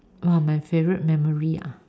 !wah! my favourite memory ah